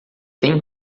tem